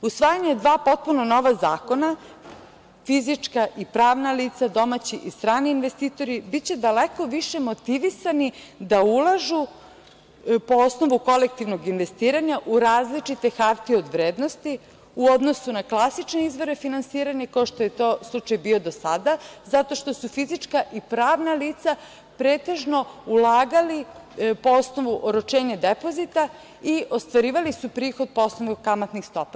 Usvajanje dva potpuno nova zakona fizička i pravna lica, domaći i strani investitori biće daleko više motivisani da ulažu po osnovu kolektivnog investiranja u različite hartije od vrednosti, u odnosu na klasične izvore finansiranja, kao što je to bio slučaj do sada, zato što su fizička lica i pravna lica pretežno ulagali po osnovu oročenja depozita i ostvarivali su prihod po osnovu kamatnih stopa.